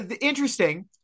Interesting